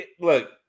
look